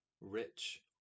rich